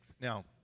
Now